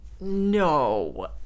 No